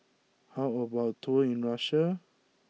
how about tour in Russia